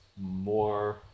more